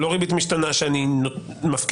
לא ריבית משתנה כשאני מפקיד?